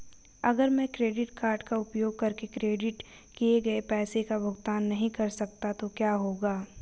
अगर मैं credit card का उपयोग करके क्रेडिट किए गए पैसे का भुगतान नहीं कर सकता तो क्या होगा?